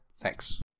Thanks